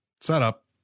setup